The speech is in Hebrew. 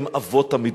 הם אבות המדבר.